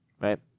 right